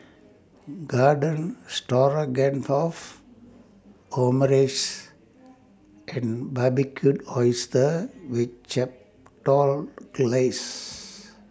Garden Stroganoff Omurice and Barbecued Oysters with Chipotle Glaze